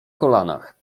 kolanach